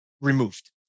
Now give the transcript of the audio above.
removed